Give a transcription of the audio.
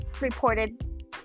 reported